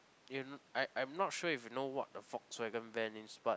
you I I'm not sure if you know what a Volkswagen van is but